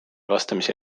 vastamisi